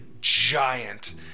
giant